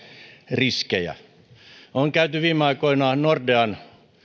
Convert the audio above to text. riskejä viime aikoina nordean